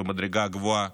ובמדרגה הגבוהה,